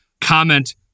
comment